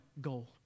goal